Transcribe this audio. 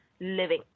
living